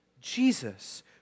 Jesus